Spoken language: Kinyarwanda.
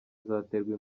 azaterwa